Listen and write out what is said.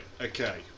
okay